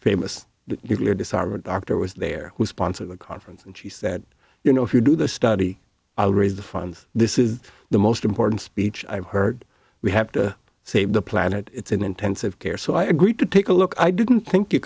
famous uclear disarmament dr was there who sponsored the conference and she said you know if you do the study i'll raise the funds this is the most important speech i've heard we have to save the planet it's in intensive care so i agreed to take a look i didn't think you